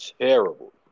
terrible